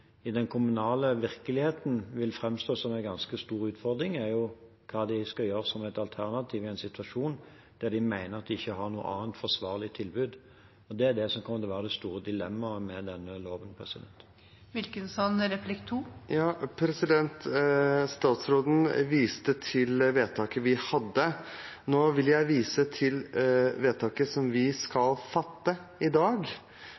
i den kommunale virkeligheten vil framstå som en ganske stor utfordring, er hva de skal gjøre som et alternativ i en situasjon der de mener at de ikke har noe annet forsvarlig tilbud. Det er det som kommer til å være det store dilemmaet med denne loven. Statsråden viste til vedtaket vi hadde. Nå vil jeg vise til vedtaket vi skal fatte i dag.